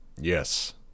Yes